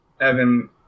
Evan